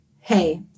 hey